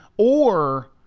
or,